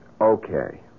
Okay